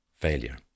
failure